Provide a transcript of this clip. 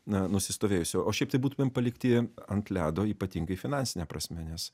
na nusistovėjusi o šiaip tai būtumėm palikti ant ledo ypatingai finansine prasme nes